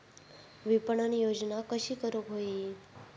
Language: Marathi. विपणन योजना कशी करुक होई?